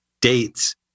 dates